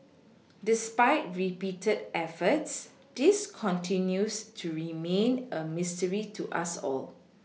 despite repeated efforts this continues to remain a mystery to us all